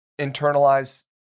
internalize